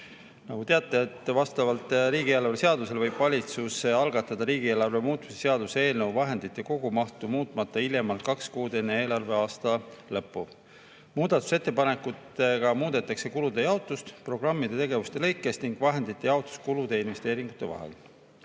Nagu teate, vastavalt riigieelarve seadusele võib valitsus algatada riigieelarve muutmise seaduse eelnõu vahendite kogumahtu muutmata hiljemalt kaks kuud enne eelarveaasta lõppu. Muudatusettepanekutega muudetakse kulude jaotust programmide tegevuste lõikes ning vahendite jaotust kulude ja investeeringute